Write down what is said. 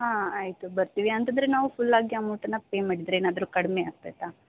ಹಾಂ ಆಯಿತು ಬರ್ತೀವಿ ಅಂತಂದರೆ ನಾವು ಫುಲ್ಲಾಗಿ ಅಮೌಂಟನ್ನು ಪೇ ಮಾಡಿದರೆ ಏನಾದರು ಕಡಮೆ ಆಗ್ತೈತಾ